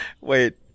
Wait